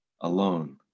alone